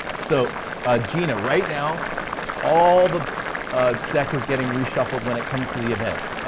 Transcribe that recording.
so ah gina, right now all the deck is getting reshuffled when it comes to the events.